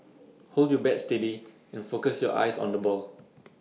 hold your bat steady and focus your eyes on the ball